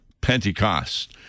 Pentecost